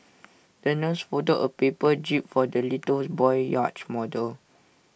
the nurse folded A paper jib for the little boy's yacht model